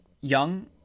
Young